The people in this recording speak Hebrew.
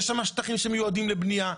יש שם שטחים שמיועדים לבניה,